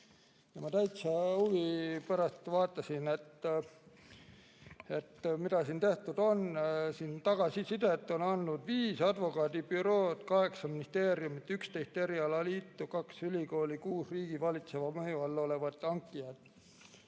Ma täitsa huvi pärast vaatasin, mida siin tehtud on. Tagasisidet on andnud viis advokaadibürood, kaheksa ministeeriumi, üksteist erialaliitu, kaks ülikooli ja kuus riigi valitseva mõju all olevat hankijat.